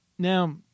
Now